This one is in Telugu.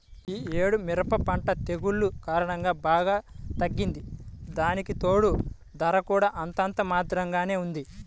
యీ యేడు మిరప పంట తెగుల్ల కారణంగా బాగా తగ్గింది, దానికితోడూ ధర కూడా అంతంత మాత్రంగానే ఉంది